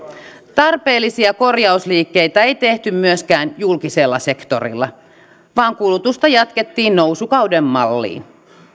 tarpeellisia korjausliikkeitä ei tehty myöskään julkisella sektorilla vaan kulutusta jatkettiin nousukauden malliin